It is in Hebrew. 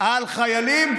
על חיילים,